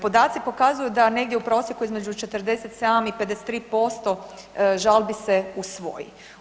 Podaci pokazuju da negdje u prosjeku između 47 i 53% žalbi se usvoji.